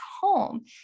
home